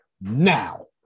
now